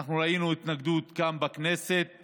ראינו התנגדות כאן בכנסת